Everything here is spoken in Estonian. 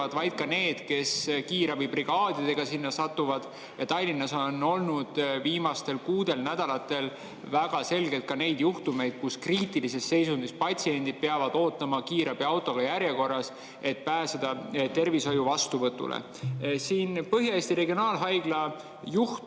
vaid ka need, kes kiirabibrigaadidega sinna satuvad. Tallinnas on viimastel kuudel, nädalatel olnud väga selgelt ka neid juhtumeid, kus kriitilises seisundis patsiendid peavad ootama kiirabiautoga järjekorras, et pääseda vastuvõtule. Põhja-Eesti Regionaalhaigla juht,